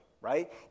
right